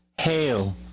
Hail